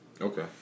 Okay